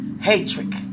Hatred